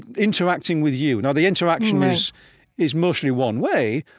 interacting with you. now, the interaction is is mostly one-way,